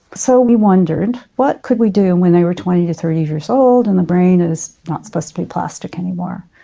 so we wondered what could we do when they were twenty to thirty years old and the brain is not supposed to be plastic anymore.